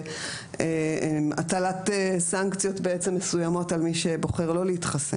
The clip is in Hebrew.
או להטלת סנקציות בעצם מסוימות על מי שבוחר לא להתחסן.